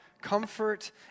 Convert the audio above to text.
comfort